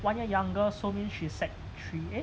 one year younger so mean she sec three eh